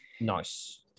Nice